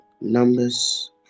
Numbers